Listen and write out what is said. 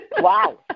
Wow